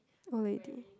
old lady